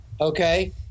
Okay